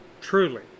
truly